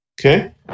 Okay